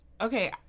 okay